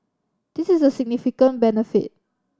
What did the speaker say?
this is a significant benefit